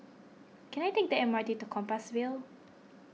can I take the M R T to Compassvale